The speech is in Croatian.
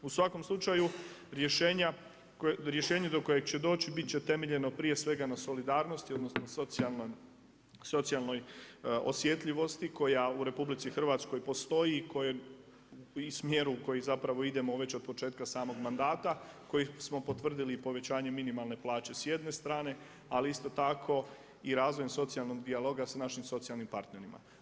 U svakom slučaju rješenje do kojeg će doći biti će temeljeno prije svega na solidarnosti, odnosno socijalnoj osjetljivosti koja u RH postoji i smjeru u koji zapravo idemo već od početka samog mandata, kojeg smo potvrdili povećanjem minimalne plaće s jedne strane ali isto tako i razvojem socijalnog dijaloga sa našim socijalnim partnerima.